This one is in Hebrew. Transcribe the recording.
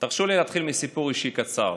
תרשו לי להתחיל מסיפור אישי קצר: